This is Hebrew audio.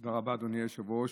תודה רבה, אדוני היושב-ראש.